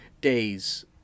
days